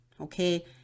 Okay